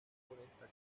esta